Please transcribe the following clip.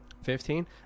Fifteen